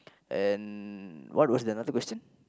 and what was another question